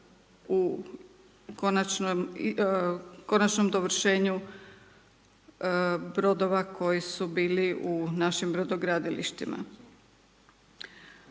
u konačnom dovršenju bordova koji su bili u našim brodogradilištima.